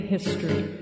History